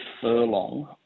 furlong